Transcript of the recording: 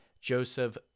Joseph